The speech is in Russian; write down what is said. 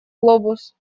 глобус